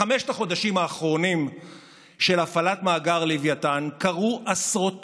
בחמשת החודשים האחרונים של הפעלת מאגר לווייתן קרו עשרות תקלות,